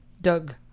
Doug